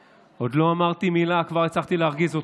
נו, יאללה, תחרטט אותי.